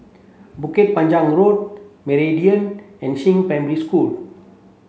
Bukit Panjang Road Meridian and Primary School